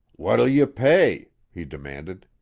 what'll you pay? he demanded.